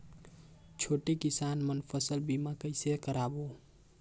छोटे किसान मन फसल बीमा कइसे कराबो?